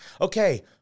okay